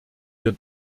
wir